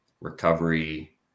recovery